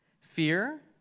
Fear